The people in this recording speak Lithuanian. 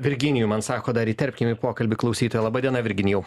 virginijų man sako dar įterpkim į pokalbį klausytoją laba diena virginijau